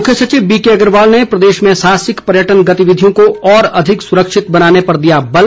मुख्य सचिव बीके अग्रवाल ने प्रदेश में साहसिक पर्यटन गतिविधियों को और अधिक सुरक्षित बनाने पर दिया बल